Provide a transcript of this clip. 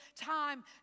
time